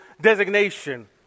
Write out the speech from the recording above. designation